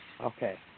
Okay